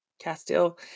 Castile